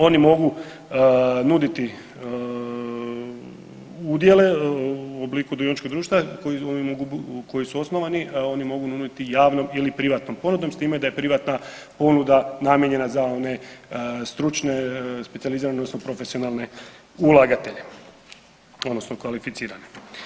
Oni mogu nuditi udjele u obliku dioničkih društva koji su osnovani, oni mogu nuditi javnom ili privatnom ponudom s time da je privatna ponuda namijenjena za one stručne, specijalizirane odnosno profesionalne ulagatelje odnosno kvalificirane.